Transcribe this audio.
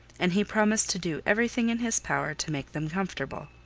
and he promised to do every thing in his power to make them comfortable.